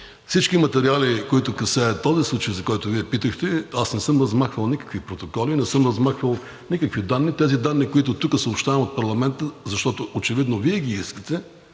всички материали, които касаят този случай, за който Вие питахте, не съм размахвал никакви протоколи, не съм размахвал никакви данни. Тези данни, които тук съобщавам от парламента, са защото очевидно Вие ги искате,